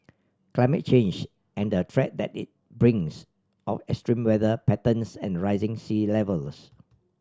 climate change and the threat that it brings of extreme weather patterns and rising sea levels